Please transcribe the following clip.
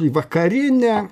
į vakarinę